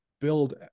build